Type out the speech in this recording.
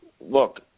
look